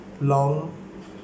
long